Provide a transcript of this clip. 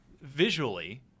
visually